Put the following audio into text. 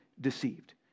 deceived